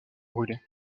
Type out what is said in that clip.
brûlée